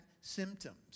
symptoms